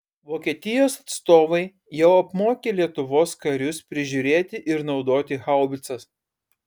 vokietijos atstovai jau apmokė lietuvos karius prižiūrėti ir naudoti haubicas